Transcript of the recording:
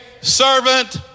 servant